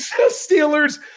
Steelers